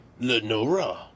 Lenora